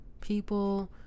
people